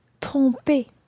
tromper